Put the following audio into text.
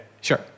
Sure